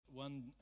One